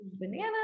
bananas